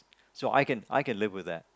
so I can I can live with that